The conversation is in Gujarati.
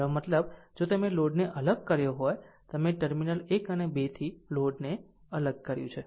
મારો મતલબ જો તમે લોડને અલગ કર્યો હોય તમે ટર્મિનલ 1 અને 2 થી લોડને અલગ કર્યું છે